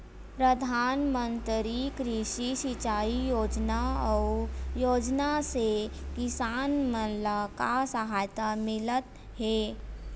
प्रधान मंतरी कृषि सिंचाई योजना अउ योजना से किसान मन ला का सहायता मिलत हे?